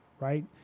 right